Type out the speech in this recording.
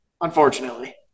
Unfortunately